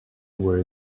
were